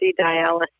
dialysis